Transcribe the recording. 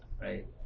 right